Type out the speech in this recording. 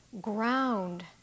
ground